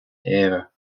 era